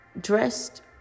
dressed